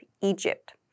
Egypt